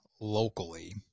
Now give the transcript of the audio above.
locally